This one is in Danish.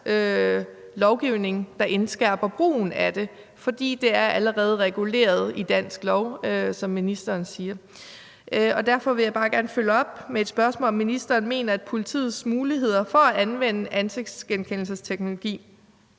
lovgivning, der indskærper regler om brugen af det, fordi det allerede er reguleret i dansk lov. Derfor vil jeg bare gerne følge op med et spørgsmål: Mener ministeren, at politiets muligheder for at anvende ansigtsgenkendelsesteknologi